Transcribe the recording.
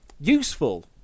Useful